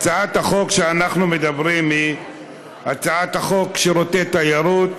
הצעת החוק שאנחנו מדברים עליה היא הצעת חוק שירותי תיירות.